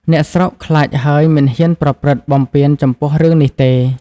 អ្នកស្រុកខ្លាចហើយមិនហ៊ានប្រព្រឹត្ត បំពានចំពោះរឿងនេះទេ ។